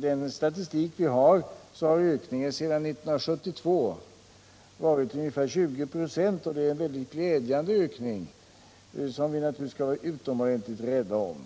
den statistik som finns har ökningen sedan 1972 varit ungefär 20 96, och det är en mycket glädjande ökning, som vi naturligtvis skall vara rädda om.